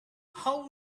how